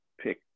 pick